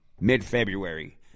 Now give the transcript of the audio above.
Mid-February